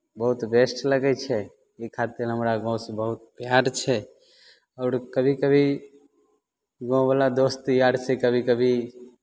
बहुत बेस्ट लगै छै ओहि खातिर हमरा गाँवसँ बहुत प्यार छै आओर कभी कभी गाँववला दोस्त यारसँ कभी कभी